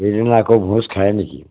সেইদিনা আকৌ ভোজ খায় নেকি